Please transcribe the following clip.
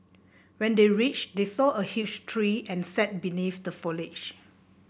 when they reached they saw a huge tree and sat beneath the foliage